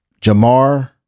Jamar